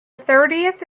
thirtieth